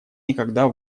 никогда